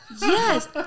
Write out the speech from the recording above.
yes